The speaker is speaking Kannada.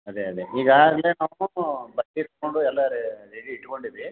ಅದೇ ಅದೇ ಈಗ ತೊಗೊಂಡು ಎಲ್ಲ ರೆಡಿ ಇಟ್ಟುಕೊಂಡಿರಿ